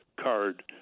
card